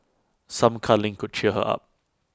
some cuddling could cheer her up